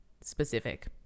specific